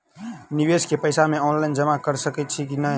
निवेश केँ पैसा मे ऑनलाइन जमा कैर सकै छी नै?